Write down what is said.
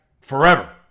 forever